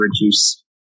reduce